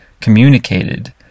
communicated